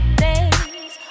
days